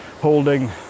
holding